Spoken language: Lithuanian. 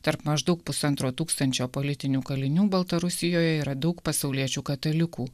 tarp maždaug pusantro tūkstančio politinių kalinių baltarusijoje yra daug pasauliečių katalikų